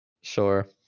Sure